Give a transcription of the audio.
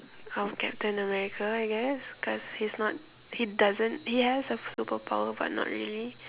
of Captain America I guess cause he's not he doesn't he has a superpower but not really